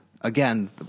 Again